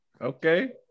Okay